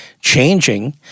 changing